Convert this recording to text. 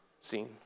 seen